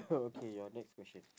okay your next question